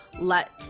let